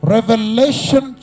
Revelation